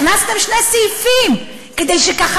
הכנסתם שני סעיפים כדי שככה,